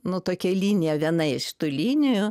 nu tokia linija viena iš tų linijų